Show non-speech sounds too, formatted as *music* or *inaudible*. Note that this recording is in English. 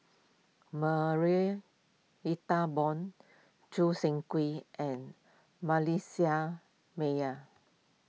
Marie Ethel Bong Choo Seng Quee and *unintelligible* Meyer